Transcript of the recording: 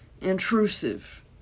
intrusive